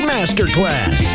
Masterclass